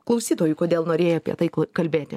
klausytojui kodėl norėjai apie tai kalbėti